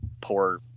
poor